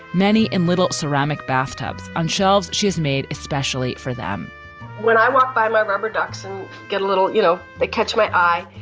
many in little ceramic bathtubs on shelves. she's made especially for them when i walk by, my rubber ducks get a little. you know, they catch my eye.